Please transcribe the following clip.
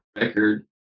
record